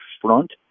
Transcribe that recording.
front